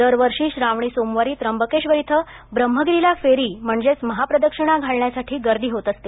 दरवर्षी श्रावणी सोमवारी त्र्यंबकेश्वर इथे ब्रह्मगिरीला फेरी म्हणजेच महाप्रदक्षिणा घालण्यासाठी गर्दी होत असते